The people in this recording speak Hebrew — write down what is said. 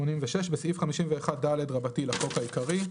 בסעיף 51ד לחוק העיקרי,